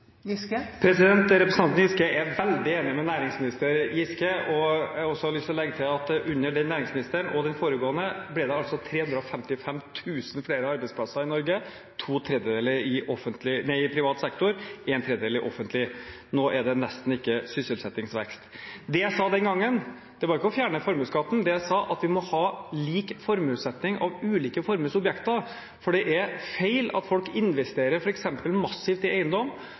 Giske er veldig enig med næringsminister Giske. Jeg har lyst til å legge til at under den næringsministeren og den foregående ble det altså 355 000 flere arbeidsplasser i Norge, to tredjedeler i privat sektor, en tredjedel i offentlig sektor. Nå er det nesten ikke sysselsettingsvekst. Det jeg sa den gangen, var ikke at man skulle fjerne formuesskatten. Det jeg sa, var at vi må ha lik formuessetting av ulike formuesobjekter, for det er feil at folk investerer f.eks. massivt i